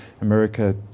America